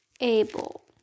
able